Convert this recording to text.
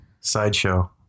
Sideshow